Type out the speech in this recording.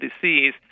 disease